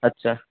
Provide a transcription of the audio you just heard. اچھا